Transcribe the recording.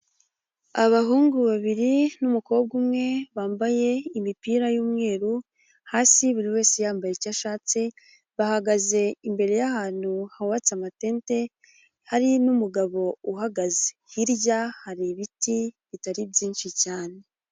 Abahungu babiri n'umukobwa umwe bambaye imipira y'umweru hasi buri wese yambaye icyo ashatse bahagaze imbere y'ahantuhubatse amatente hari n'umugabo uhagaze, hirya hari ibiti bitari byinshi cyane.